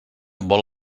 vol